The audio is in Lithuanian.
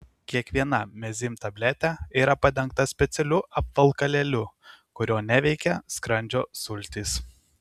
kiekviena mezym tabletė yra padengta specialiu apvalkalėliu kurio neveikia skrandžio sultys